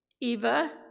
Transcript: Eva